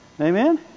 Amen